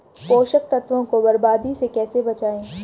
पोषक तत्वों को बर्बादी से कैसे बचाएं?